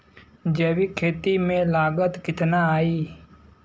जैविक खेती में लागत कितना आई?